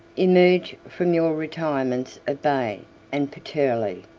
emerge from your retirements of baiae and puteoli.